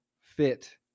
fit